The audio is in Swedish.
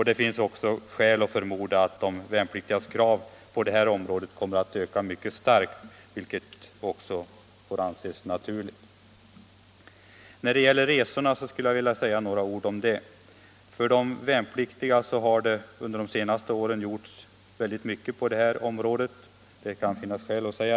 Det finns skäl att förmoda att de värnpliktigas krav på det här området kommer att öka mycket starkt, vilket väl också får anses naturligt. Jag skulle även vilja säga några ord om de värnpliktigas resor. Utan tvekan har det de senaste åren gjorts mycket på detta område.